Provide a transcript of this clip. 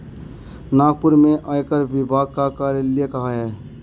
नागपुर में आयकर विभाग का कार्यालय कहाँ है?